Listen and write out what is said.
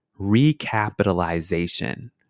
recapitalization